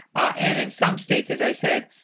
ah and in some states, as i said,